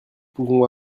pouvons